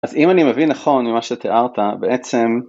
אז אם אני מבין נכון ממה שתיארת בעצם